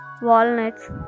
Walnuts